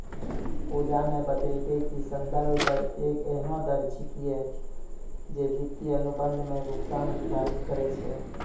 पूजा न बतेलकै कि संदर्भ दर एक एहनो दर छेकियै जे वित्तीय अनुबंध म भुगतान निर्धारित करय छै